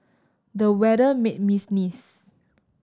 the weather made me sneeze